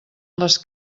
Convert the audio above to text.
les